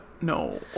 no